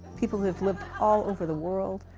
people who have lived all over the world,